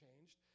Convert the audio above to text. changed